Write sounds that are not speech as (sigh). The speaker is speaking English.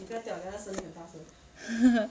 (laughs)